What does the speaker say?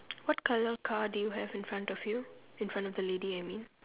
what colour car do you have in front of you in front of the lady I mean